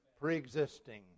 Pre-existing